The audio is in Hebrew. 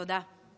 תודה.